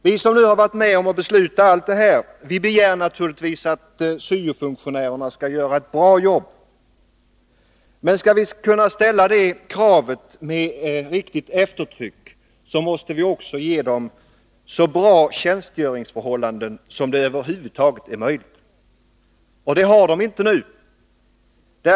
Vi som varit med om att besluta allt det här begär naturligtvis att syo-funktionärerna skall göra ett bra jobb. Men skall vi kunna ställa det kravet med riktigt eftertryck måste vi också ge dem så bra tjänstgöringsförhållanden som det över huvud taget är möjligt. Det har de inte nu.